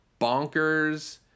bonkers